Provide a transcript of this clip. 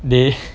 they